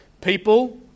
people